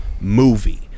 movie